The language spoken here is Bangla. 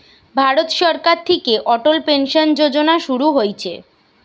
ভারত সরকার থিকে অটল পেনসন যোজনা শুরু হইছে